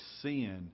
sin